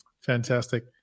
Fantastic